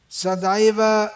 sadaiva